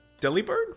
Delibird